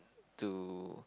to